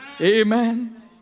Amen